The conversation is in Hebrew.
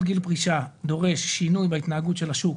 גיל פרישה דורש שינוי בהתנהגות של השוק.